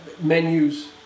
menus